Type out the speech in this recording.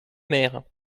mère